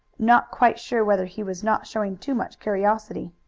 not quite sure whether he was not showing too much curiosity.